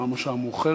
אומנם השעה מאוחרת,